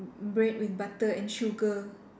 b~ bread with butter and sugar